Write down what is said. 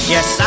Yes